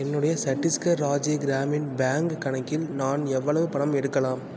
என்னுடைய சட்டீஸ்கர் ராஜ்ய கிராமின் பேங்க் கணக்கில் நான் எவ்வளவு பணம் எடுக்கலாம்